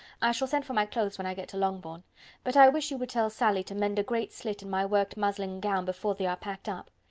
i shall send for my clothes when i get to longbourn but i wish you would tell sally to mend a great slit in my worked muslin gown before they are packed up.